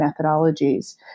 methodologies